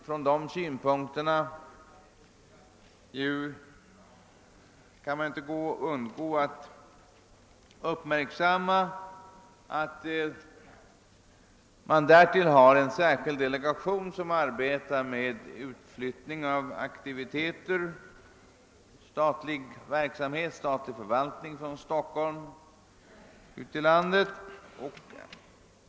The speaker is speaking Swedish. Från dessa synpunkter kan vidare uppmärksammas att man har en särskild delegation som arbetar med utflyttning av statliga aktiviteter från Stockholm till landet.